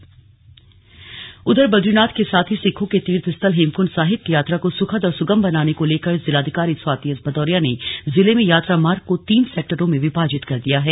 slug यात्रा तैयारी चमोली उधर बदरीनाथ के साथ ही सिखों के तीर्थ स्थल हेमकुण्ड साहिब की यात्रा को सुखद और सुगम बनाने को लेकर जिलाधिकारी स्वाति एस भदौरिया ने जिले में यात्रा मार्ग को तीन सेक्टरों में विभाजित कर दिया है